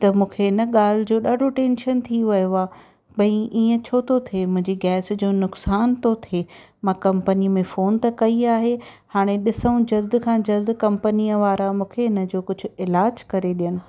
त मूंखे हिन ॻाल्हि जो ॾाढो टेंशन थी वयो आहे भई ईअं छो थो थिए मुंहिंजी गैस जो नुक़सान थो थिए मां कंपनीअ में फ़ोन त कई आहे हाणे ॾिसूं जल्द खां जल्द कंपनीअ वारा मूंखे हिन जो कुझु इलाज़ू करे ॾियनि